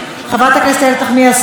חבר הכנסת איציק שמולי,